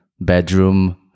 bedroom